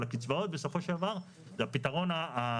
אבל הקצבאות בסופו של דבר זה הפתרון הכספי.